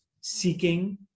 seeking